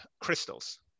crystals